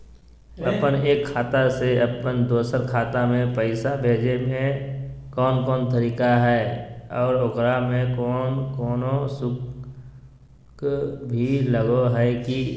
अपन एक खाता से अपन दोसर खाता में पैसा भेजे के कौन कौन तरीका है और ओकरा में कोनो शुक्ल भी लगो है की?